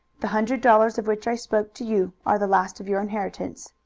the hundred dollars of which i spoke to you are the last of your inheritance.